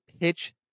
pitch